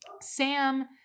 Sam